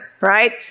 right